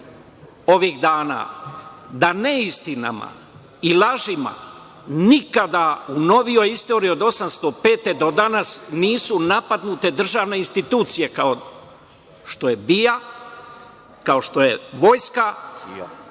ovih dana, da neistinama i lažima nikada u novijoj istoriji od 1805. godine do danas nisu napadnute državne institucije kao što je BIA, kao što je Vojska,